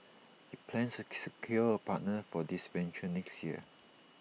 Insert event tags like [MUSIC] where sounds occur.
IT plans to [UNINTELLIGIBLE] secure A partner for this venture next year